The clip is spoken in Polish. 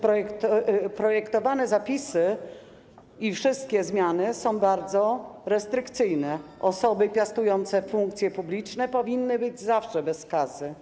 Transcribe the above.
Projektowane zapisy i wszystkie zmiany są bardzo restrykcyjne - osoby piastujące funkcje publiczne powinny być zawsze bez skazy.